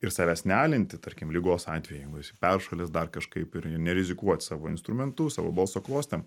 ir savęs nealinti tarkim ligos atveju jeigu esi peršalęs dar kažkaip ir nerizikuot savo instrumentu savo balso klostėm